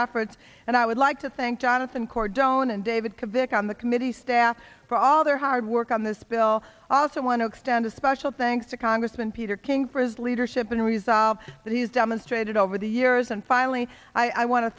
efforts and i would like to thank jonathan corps don't and david kavik on the committee staff for all their hard work on this bill also want to extend a special thanks to congressman peter king for his leadership and resolve that he has demonstrated over the years and finally i want to